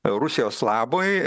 rusijos labui